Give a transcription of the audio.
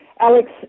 Alex